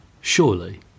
surely